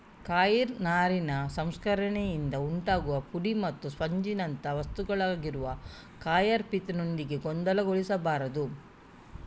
coir ನಾರಿನ ಸಂಸ್ಕರಣೆಯಿಂದ ಉಂಟಾಗುವ ಪುಡಿ ಮತ್ತು ಸ್ಪಂಜಿನಂಥ ವಸ್ತುವಾಗಿರುವ ಕಾಯರ್ ಪಿತ್ ನೊಂದಿಗೆ ಗೊಂದಲಗೊಳಿಸಬಾರದು